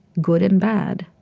good and bad,